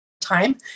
time